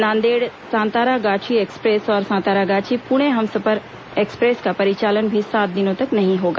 Nanded Santragachi express और Santragachi Pune Humsafar express का परिचालन भी सात दिनों तक नहीं होगा